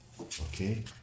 Okay